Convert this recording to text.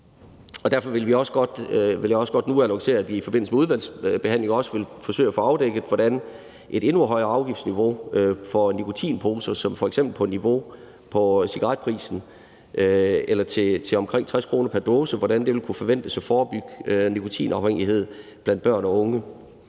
derfor vil jeg også gerne nu annoncere, at vi i forbindelse med udvalgsbehandlingen vil forsøge at få afdækket, om et endnu højere afgiftsniveau for nikotinposer, f.eks. på niveau med cigaretprisen eller med en pris på omkring 60 kr. pr. dåse, vil kunne forventes at forebygge nikotinafhængighed blandt børn og unge.